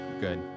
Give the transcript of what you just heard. Good